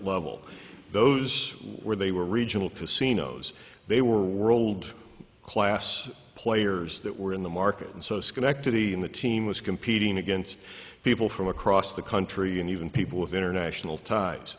level those where they were regional casinos they were world class players that were in the market and so schenectady in the team was competing against people from across the country and even people with international ties